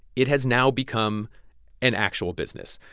it has now become an actual business.